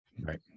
Right